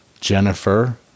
Jennifer